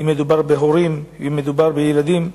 אם מדובר בהורים, אם מדובר בילדים,